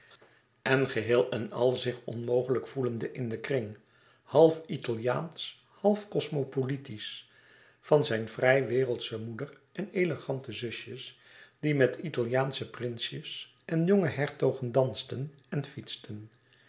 en geheel en al zich onmogelijk voelende in den kring half italiaansch half cosmopolietisch van zijne vrij wereldsche moeder en elegante zusjes die met italiaansche prinsjes en jonge hertogen dansten en fietsten